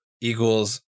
Equals